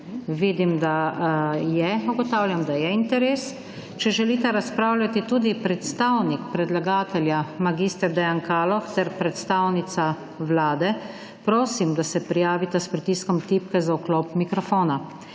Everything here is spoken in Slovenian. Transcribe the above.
Vidim, da ja interes. Če želite razpravljati tudi predstavnik predlagatelja mag. Dejan Kaloh ter predstavnica Vlade prosim, da se prijavita s pritiskom tipke za vklop mikrofona.